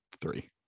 three